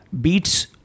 Beats